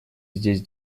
здесь